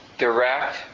direct